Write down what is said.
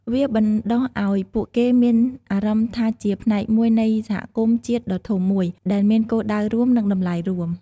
វាបណ្ដុះឱ្យពួកគេមានអារម្មណ៍ថាជា ផ្នែកមួយនៃសហគមន៍ជាតិដ៏ធំមួយ ដែលមានគោលដៅរួម និងតម្លៃរួម។